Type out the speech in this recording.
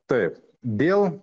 taip dėl